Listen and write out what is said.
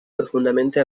profundamente